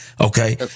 Okay